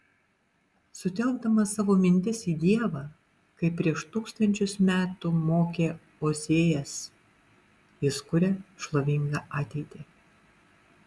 sutelkdamas savo mintis į dievą kaip prieš tūkstančius metų mokė ozėjas jis kuria šlovingą ateitį